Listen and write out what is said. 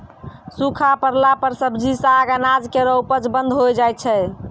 सूखा परला पर सब्जी, साग, अनाज केरो उपज बंद होय जाय छै